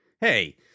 Hey